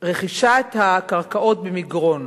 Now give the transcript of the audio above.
רכישת הקרקעות במגרון